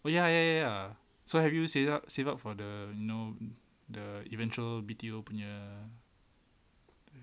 oh ya ya ya so have you save up save up for the you know the eventual you punya